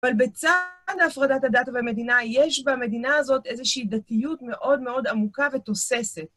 אבל בצד הפרדת הדת ובמדינה יש במדינה הזאת איזושהי דתיות מאוד מאוד עמוקה ותוססת.